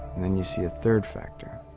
then you see a third factor,